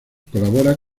colabora